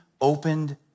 opened